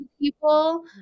people